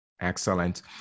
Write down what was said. Excellent